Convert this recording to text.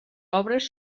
obres